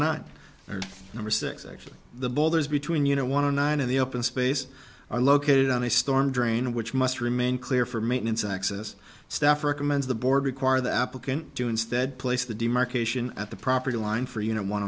number six actually the boulders between you know want to nine in the open space are located on a storm drain which must remain clear for maintenance access staff recommends the board require the applicant do instead place the demarcation at the property line for you know